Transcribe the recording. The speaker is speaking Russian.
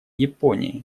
японии